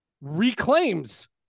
reclaims